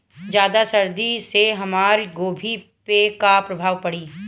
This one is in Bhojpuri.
ज्यादा सर्दी से हमार गोभी पे का प्रभाव पड़ी?